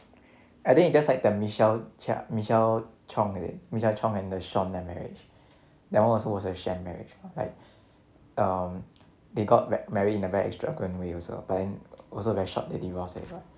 I think it's just like the michelle chia michelle chong is it michelle chong and the shaun that marriage that one also was a sham marriage like um they got married in a very extravagant way also very but then also very short they divorce already